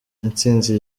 intsinzi